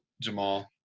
Jamal